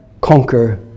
conquer